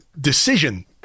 decision